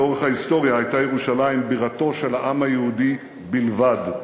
לאורך ההיסטוריה הייתה ירושלים בירתו של העם היהודי בלבד.